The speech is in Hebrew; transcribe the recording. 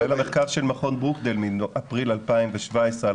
כולל המחקר של מכון ברוקדייל מאפריל 2017 על